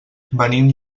venim